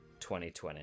2020